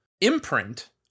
imprint